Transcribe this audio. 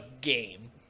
game